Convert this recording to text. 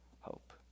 hope